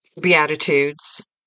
Beatitudes